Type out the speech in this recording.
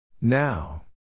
Now